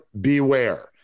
beware